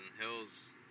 hills